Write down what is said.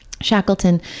Shackleton